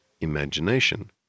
imagination